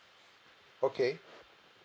okay